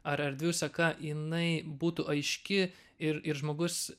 ar erdvių seka jinai būtų aiški ir ir žmogus